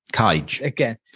Again